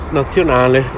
nazionale